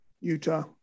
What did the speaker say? Utah